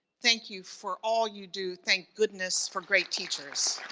thank you for all you do. thank goodness for great teachers.